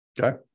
Okay